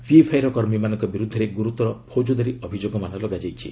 ପିଏଫ୍ଆଇର କର୍ମୀମାନଙ୍କ ବିରୁଦ୍ଧରେ ଗୁରୁତର ପ୍ରୌଜଦାରୀ ଅଭିଯୋଗମାନ ଲଗାଯାଇଛି